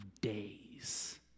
days